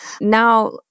Now